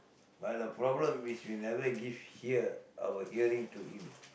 but the problem is we never give hear our hearing to him